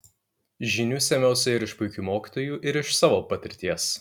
žinių sėmiausi ir iš puikių mokytojų ir iš savo patirties